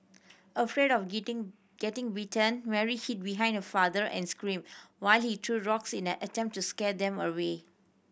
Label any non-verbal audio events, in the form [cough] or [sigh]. afraid of [unintelligible] getting bitten Mary hid behind her father and screamed while he threw rocks in an attempt to scare them away